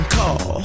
call